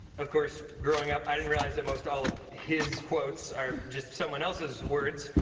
of course. growing up, i didn't realize that most all of his quotes are just someone else's words.